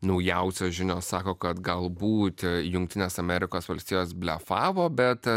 naujausios žinios sako kad galbūt jungtinės amerikos valstijos blefavo bet